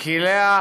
כי לאה,